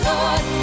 Lord